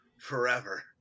forever